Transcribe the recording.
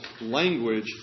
language